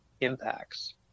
impacts